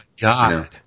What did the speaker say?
God